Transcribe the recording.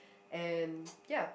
and ya